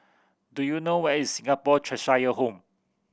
do you know where is Singapore Cheshire Home